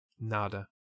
nada